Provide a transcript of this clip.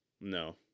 No